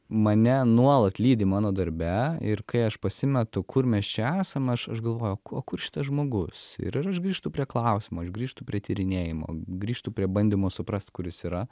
mane nuolat lydi mano darbe ir kai aš pasimetu kur mes čia esam aš aš galvoju o kur šitas žmogus ir ir aš grįžtu prie klausimo aš grįžtu prie tyrinėjimo grįžtu prie bandymo suprast kur jis yra